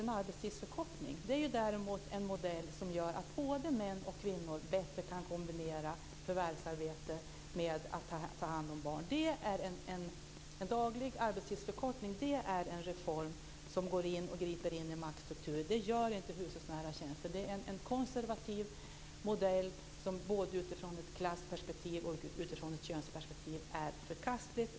En arbetstidsförkortning är däremot en modell som gör att både män och kvinnor bättre kan kombinera förvärvsarbete med att ta hand om barn. En daglig arbetstidsförkortning är en reform som går in och griper in i maktstrukturer. Det gör inte hushållsnära tjänster. Det är en konservativ modell som både utifrån ett klassperspektiv och utifrån ett könsperspektiv är förkastligt.